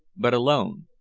but alone.